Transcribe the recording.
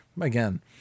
again